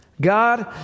God